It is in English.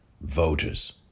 voters